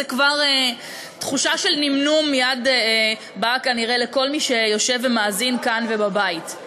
כבר תחושה של נמנום מייד באה כנראה לכל מי שיושב ומאזין כאן ובבית.